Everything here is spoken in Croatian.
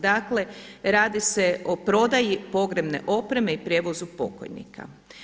Dakle, radi se o prodaji pogrebne opreme i prijevozu pokojnika.